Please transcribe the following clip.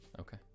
Okay